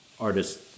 artist